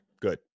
good